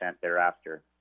thereafter